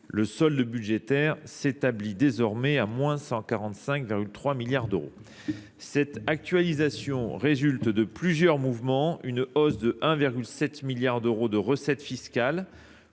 Le solde budgétaire s'établit désormais à moins 145,3 milliards d'euros. Cette actualisation résulte de plusieurs mouvements, une hausse de 1,7 milliard d'euros de recettes fiscales,